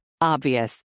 Obvious